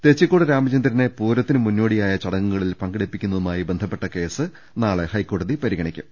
തെച്ചിക്കോട് രാമചന്ദ്രനെ പൂര്ത്തിന് മുന്നോടിയായ ചടങ്ങിൽ പങ്കെടുപ്പിക്കുന്നതുമായി ബന്ധപ്പെട്ട കേസ് നാളെ ഹൈക്കോടതി പരി ഗണിക്കും